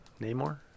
Namor